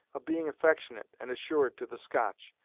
of being affectionate and assured to the scotch,